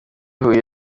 huye